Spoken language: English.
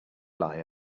lie